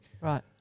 Right